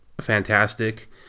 fantastic